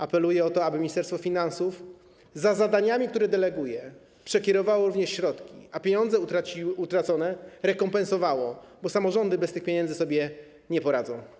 Apeluję o to, aby ministerstwo finansów za zadaniami, które deleguje, przekierowało również środki, a utracone pieniądze rekompensowało, bo samorządy bez tych pieniędzy sobie nie poradzą.